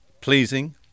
pleasing